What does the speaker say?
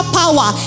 power